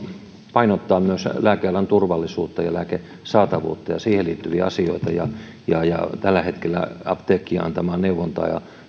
myös painottaa lääkealan turvallisuutta ja lääkesaatavuutta ja siihen liittyviä asioita tällä hetkellä apteekkien antama neuvonta ja